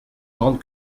grande